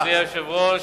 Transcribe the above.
אדוני היושב-ראש,